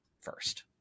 first